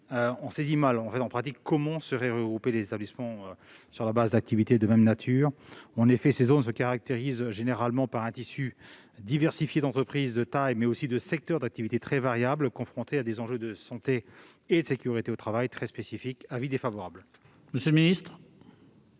on saisit mal, en pratique, comment seront regroupés les établissements sur la base d'activités de même nature. En effet, ces zones se caractérisent généralement par un tissu diversifié d'entreprises de tailles, mais aussi de secteurs d'activité très variables, confrontés à des enjeux de santé et de sécurité au travail très spécifiques. La commission a émis